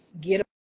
get